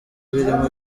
birimo